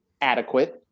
adequate